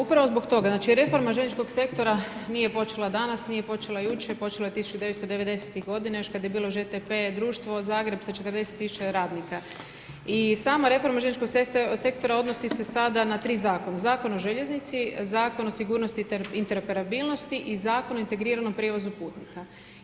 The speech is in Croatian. Upravo zbog toga, znači reforma željezničkog sektora nije počela danas, nije počela jučer, počela je od 1990-ih, još kad je bilo ŽTP društvo Zagreb sa 40 000 radnika i sada reforma željezničkog sektora odnosi se sada na 3 zakona, Zakon o željeznici, Zakon o sigurnosti i interoperabilnosti i Zakon o integriranom prijevozu putnika.